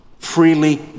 freely